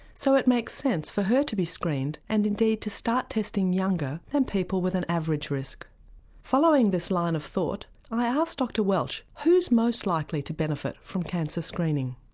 so it makes sense for her to be screened, and indeed to start testing younger than people with an average risk following this line of thought i asked dr welch, who's most likely to benefit from cancer screening?